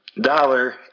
dollar